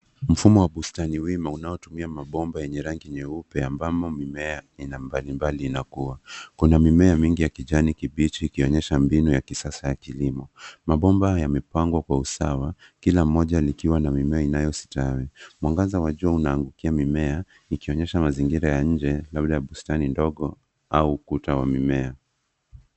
Mfumo wa bustani wima unaotumia mabomba yenye rangi nyeupe ambamo mimea aina mbalimbali inakua. Kuna mimea mingi ya kijani kibichi ikionyesha mbinu ya kisasa ya kilimo. Mabomba yamepangwa kwa usawa kila moja likiwa na mimea inayostawi. Mwangaza wa jua unaangukia mimea ikionyesha mazingira ya nje labda bustani ndogo au ukuta wa mimea.